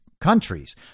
countries